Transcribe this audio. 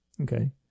okay